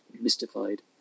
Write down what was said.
mystified